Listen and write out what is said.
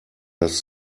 das